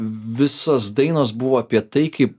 visos dainos buvo apie tai kaip